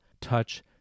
touch